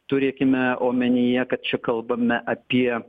turėkime omenyje kad čia kalbame apie